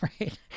right